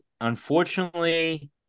unfortunately